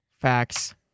Facts